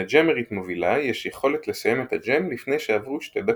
לג'אמרית מובילה יש יכולת לסיים את הג'אם לפני שעברו שתי דקות.